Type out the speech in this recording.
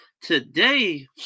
today